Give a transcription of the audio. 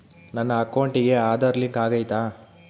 ನನ್ನ ಅಕೌಂಟಿಗೆ ಆಧಾರ್ ಲಿಂಕ್ ಆಗೈತಾ?